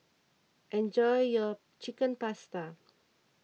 enjoy your Chicken Pasta